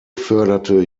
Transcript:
förderte